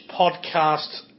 podcast